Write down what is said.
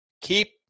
Keep